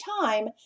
time